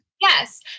Yes